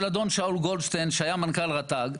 אדון שאול גולדשטיין שהיה מנכ"ל רט"ג,